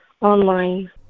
online